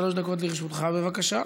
שלוש דקות לרשותך, בבקשה.